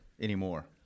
anymore